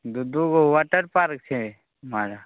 दू दू गो वाटर पार्क छै माया